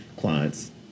clients